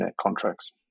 contracts